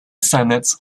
senate